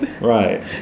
Right